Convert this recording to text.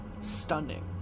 stunning